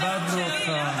איבדנו אותך.